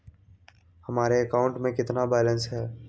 हमारे अकाउंट में कितना बैलेंस है?